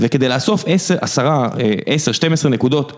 וכדי לאסוף 10, 12 נקודות.